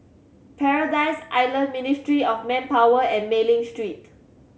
Paradise Island Ministry of Manpower and Mei Ling Street